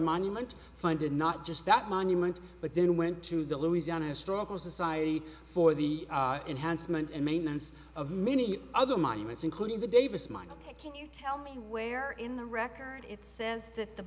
monument funded not just that monument but then went to the louisiana strong society for the enhancement and maintenance of many other monuments including the davis mike can you tell me where in the record it says that the